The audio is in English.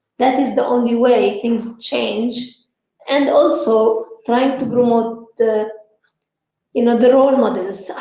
that is the only way things change and also trying to promote the you know the role mollies.